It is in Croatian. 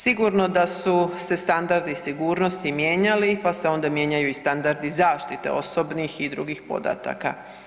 Sigurno da su se standardi sigurnosti mijenjali pa se onda mijenjaju i standardi zaštite osobnih i drugih podataka.